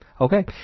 Okay